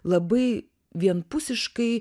labai vienpusiškai